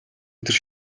өдөр